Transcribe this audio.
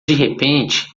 repente